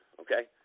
Okay